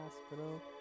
hospital